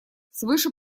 свыше